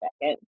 second